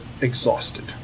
exhausted